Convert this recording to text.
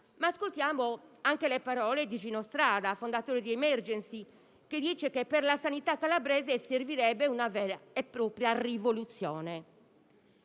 Ascoltiamo però anche le parole di Gino Strada, fondatore di Emergency, che dice che per la sanità calabrese servirebbe una vera e propria rivoluzione.